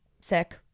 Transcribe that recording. sick